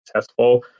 successful